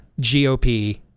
GOP